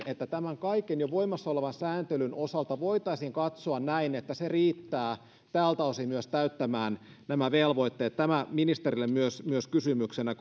että tämän kaiken jo voimassa olevan sääntelyn osalta voitaisiin katsoa että se riittää tältä osin myös täyttämään nämä velvoitteet tämä ministerille myös myös kysymyksenä